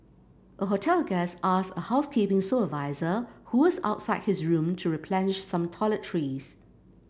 a hotel guest asked a housekeeping supervisor who was outside his room to replenish some toiletries